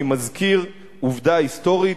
אני מזכיר עובדה היסטורית,